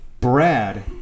Brad